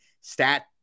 stat